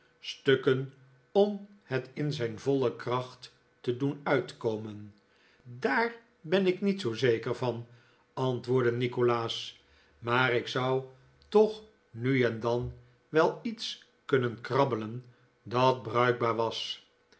stukken om het in zijn voile kracht te doen uitkomen daar ben ik niet zoo zeker van antwoordde nikolaas maar ik zou toch nu en dan wel iets kunnen krabbelen dat bruikbaar was